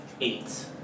Eight